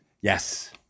Yes